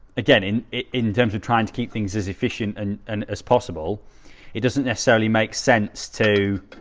again in it in denver trying to keep things is efficient and and as possible it doesn't necessarily make sense to